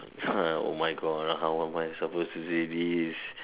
!huh! oh my god how am I supposed to say this